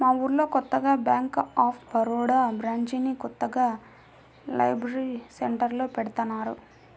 మా ఊళ్ళో కొత్తగా బ్యేంక్ ఆఫ్ బరోడా బ్రాంచిని కొత్తగా లైబ్రరీ సెంటర్లో పెడతన్నారు